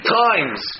times